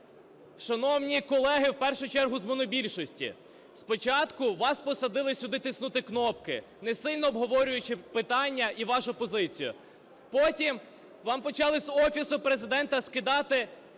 Шановні колеги, в першу чергу з монобільшості, спочатку вас посадили сюди тиснути кнопки, не сильно обговорюючи питання і вашу позицію, потім вам почали з Офісу Президента скидати